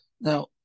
Now